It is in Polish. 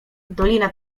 dolina